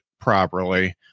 properly